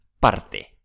parte